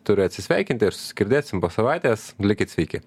turiu atsisveikinti ir susigirdėsim po savaitės likit sveiki